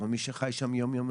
אבל מי שחי שם יום יום,